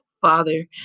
Father